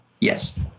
yes